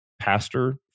pastor